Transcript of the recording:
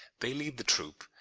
they lead the troop,